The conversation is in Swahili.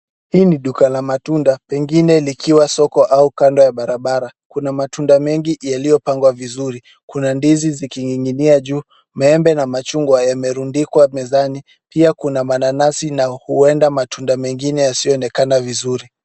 Hii ni duka ya matunda, pengine likiwa soko au kando ya barabara. Kuna matunda mengi yaliyopangwa vizuri. Kuna ndizi zikining'inia juu, maembe na machungwa yamerundikwa mezani. Pia kuna mananasi na huenda matunda mengine yasiyoonekaa vizuri.